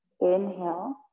Inhale